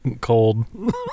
cold